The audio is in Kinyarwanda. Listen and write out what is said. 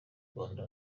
rwanda